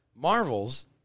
Marvel's